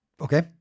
Okay